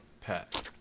pet